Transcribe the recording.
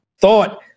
Thought